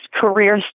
career